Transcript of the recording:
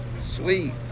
Sweet